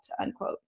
unquote